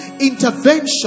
intervention